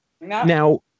now